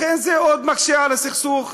לכן זה עוד מקשה על הסכסוך.